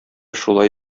шулай